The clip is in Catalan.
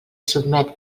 sotmet